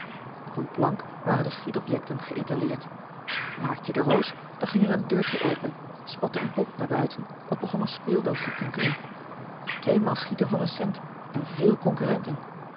op n plank waren de schietobjecten geëtaleerd raakte je de roos dan ging r n deurtje open spatte een pop naar buiten of begon n speeldoos te tienkelen tweemaal schieten voor een cent en véél concurrenten